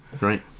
Right